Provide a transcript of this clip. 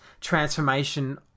transformation